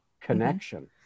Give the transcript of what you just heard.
connection